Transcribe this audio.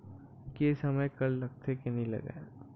के समय कर लगथे के नइ लगय?